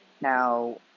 now